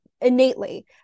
innately